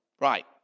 Right